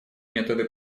методы